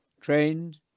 trained